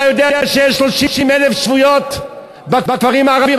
אתה יודע שיש 30,000 שבויות בכפרים הערביים?